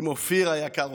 עם אופיר היקר,